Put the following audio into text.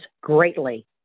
greatly